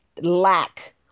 lack